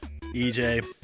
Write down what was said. EJ